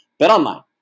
BetOnline